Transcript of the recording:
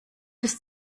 ist